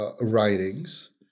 writings